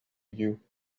you